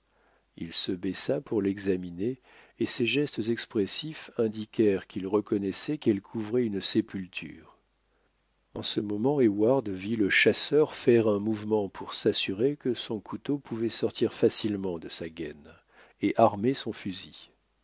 il se baissa pour l'examiner et ses gestes expressifs indiquèrent qu'il reconnaissait qu'elle couvrait une sépulture en ce moment heyward vit le chasseur faire un mouvement pour s'assurer que son couteau pouvait sortir facilement de sa gaine et armer son fusil